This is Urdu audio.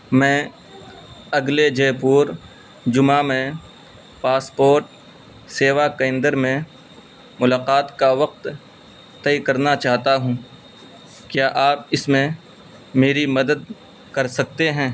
میں اگلے جے پور جمعہ میں پاسپوٹ سیوا کیندر میں ملاقات کا وقت طے کرنا چاہتا ہوں کیا آپ اس میں میری مدد کر سکتے ہیں